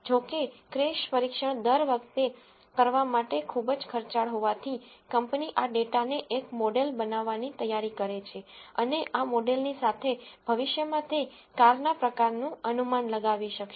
જો કે ક્રેશ પરીક્ષણ દર વખતે કરવા માટે ખૂબ જ ખર્ચાળ હોવાથી કંપની આ ડેટાને એક મોડેલ બનાવવાની તૈયારી કરે છે અને આ મોડેલની સાથે ભવિષ્યમાં તે કારના પ્રકારનું અનુમાન લગાવી શકશે